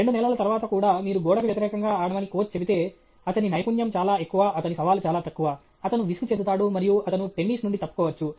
రెండు నెలల తరువాత కూడా మీరు గోడకు వ్యతిరేకంగా ఆడమని కోచ్ చెబితే అతని నైపుణ్యం చాలా ఎక్కువ అతని సవాలు చాలా తక్కువ అతను విసుగు చెందుతాడు మరియు అతను టెన్నిస్ నుండి తప్పుకోవచ్చు